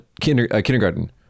kindergarten